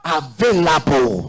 available